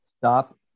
Stop